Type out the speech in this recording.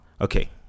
Okay